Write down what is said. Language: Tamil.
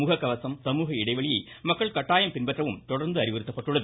முகக்கவசம் சமூக இடைவெளியை மக்கள் கட்டாயம் பின்பற்றவும் தொடர்ந்து அறிவுறுத்தப்பட்டள்ளது